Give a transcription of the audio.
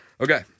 Okay